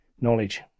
knowledge